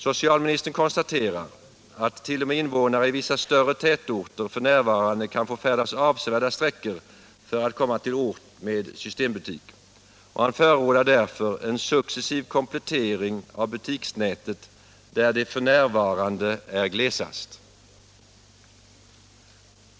Socialministern konstaterar att t.o.m. invånare i vissa större tätorter f.n. kan få färdas avsevärda sträckor för att komma till ort med systembutik, och han förordar därför en successiv komplettering av butiksnätet där det f.n. är glesast.